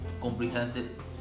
comprehensive